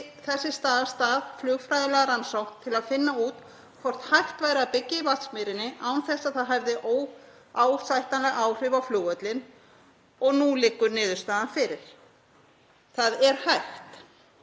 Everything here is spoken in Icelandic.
þess í stað af stað flugfræðilega rannsókn til að finna út hvort hægt væri að byggja í Vatnsmýrinni án þess að það hefði óásættanleg áhrif á flugvöllinn og nú liggur niðurstaðan fyrir. Það er hægt.